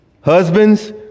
Husbands